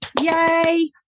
Yay